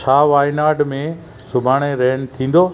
छा वायनाड में सुभाणे रेन थींदो